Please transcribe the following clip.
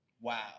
Wow